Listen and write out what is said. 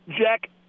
Jack